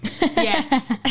Yes